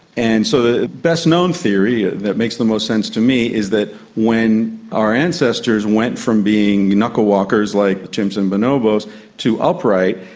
and so the best known theory that makes the most sense to me is that when our ancestors went from being knuckle walkers like chimps and bonobos to upright,